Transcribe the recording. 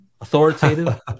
authoritative